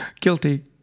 Guilty